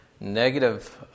negative